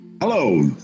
Hello